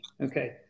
Okay